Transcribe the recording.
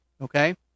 okay